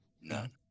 None